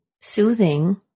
soothing